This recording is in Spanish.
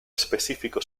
específico